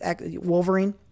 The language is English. Wolverine